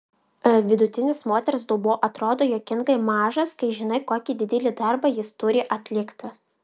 vidutinis moters dubuo atrodo juokingai mažas kai žinai kokį didelį darbą jis turi atlikti